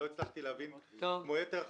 לא הצלחתי להבין, כמו יתר החברים,